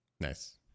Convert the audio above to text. nice